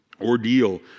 ordeal